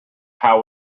how